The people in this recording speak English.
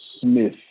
Smith